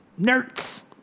Nerds